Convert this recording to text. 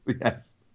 Yes